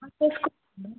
butter സ്കോച്ചുണ്ടോ